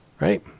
Right